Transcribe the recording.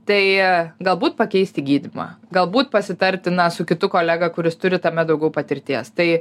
tai galbūt pakeisti gydymą galbūt pasitarti na su kitu kolega kuris turi tame daugiau patirties tai